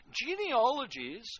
genealogies